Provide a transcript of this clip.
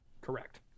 Correct